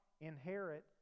inherit